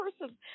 person